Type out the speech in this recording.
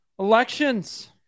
elections